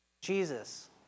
Jesus